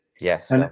Yes